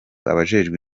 abajejwe